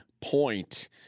point